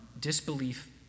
disbelief